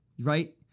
Right